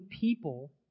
people